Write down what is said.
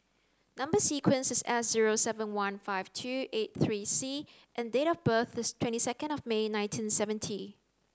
number sequence is S zero seven one five two eight three C and date of birth is twenty second of May nineteen seventy